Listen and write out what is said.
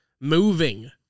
moving